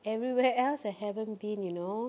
everywhere else I haven't been you know